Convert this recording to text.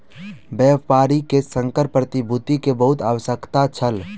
व्यापारी के संकर प्रतिभूति के बहुत आवश्यकता छल